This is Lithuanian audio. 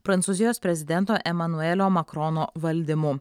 prancūzijos prezidento emanuelio makrono valdymu